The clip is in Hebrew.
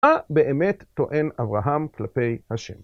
מה באמת טוען אברהם כלפי ה'?